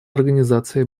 организации